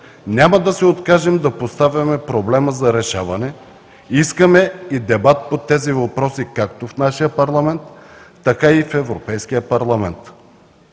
Няма да се откажем да поставяме проблема за решаване. Искаме и дебат по тези въпроси както в нашия парламент, така и в Европейския парламент.